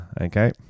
okay